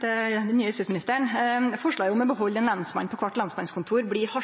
det gjeld den nye justisministeren. Forslaget om å behalde ein lensmann på kvart lensmannskontor blir